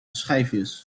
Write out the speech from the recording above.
schijfjes